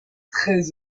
très